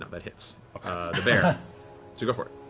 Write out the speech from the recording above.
um that hits the bear. so go for it.